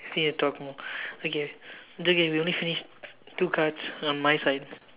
so you've to talk more okay it's okay we only finished two cards on my side